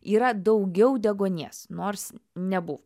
yra daugiau deguonies nors nebuvo